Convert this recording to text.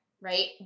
right